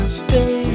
stay